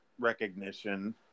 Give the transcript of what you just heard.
recognition